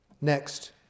Next